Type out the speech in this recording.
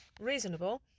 reasonable